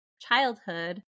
childhood